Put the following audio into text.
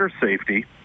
safety